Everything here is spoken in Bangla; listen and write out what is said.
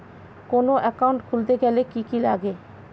কোন একাউন্ট খুলতে গেলে কি কি লাগে?